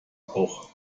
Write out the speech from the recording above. auch